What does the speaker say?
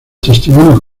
testimonios